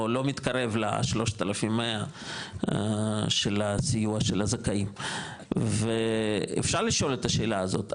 לא מתקרב ל-3,100 של הסיוע של הזכאים ואפשר לשאול את השאלה הזאת,